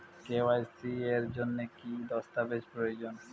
KYC এর জন্যে কি কি দস্তাবেজ প্রয়োজন?